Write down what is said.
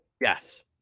Yes